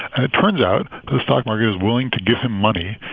and it turns out the stock market is willing to give him money,